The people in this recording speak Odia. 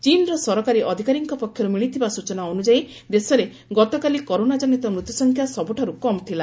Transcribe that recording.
ଚୀନ୍ର ସରକାରୀ ଅଧିକାରୀଙ୍କ ପକ୍ଷରୁ ମିଳିଥିବା ସୂଚନା ଅନୁଯାୟୀ ଦେଶରେ ଗତକାଲି କରୋନାଜନିତ ମୃତ୍ୟୁସଂଖ୍ୟା ସବୁଠାରୁ କମ୍ ଥିଲା